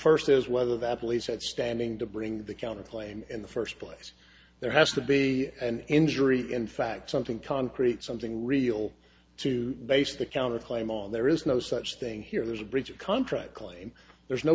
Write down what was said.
first is whether the police had standing to bring the counter claim in the first place there has to be an injury in fact something concrete something real to base the counter claim on there is no such thing here there's a breach of contract claim there's no